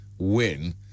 win